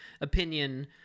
opinion